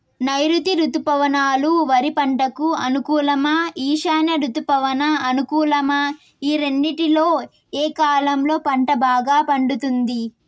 నైరుతి రుతుపవనాలు వరి పంటకు అనుకూలమా ఈశాన్య రుతుపవన అనుకూలమా ఈ రెండింటిలో ఏ కాలంలో పంట బాగా పండుతుంది?